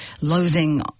losing